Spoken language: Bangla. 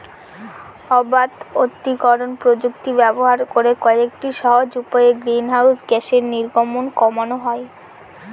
অবাত আত্তীকরন প্রযুক্তি ব্যবহার করে কয়েকটি সহজ উপায়ে গ্রিনহাউস গ্যাসের নির্গমন কমানো যায়